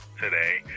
today